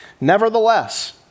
Nevertheless